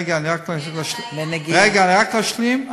רק אשלים.